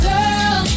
Girl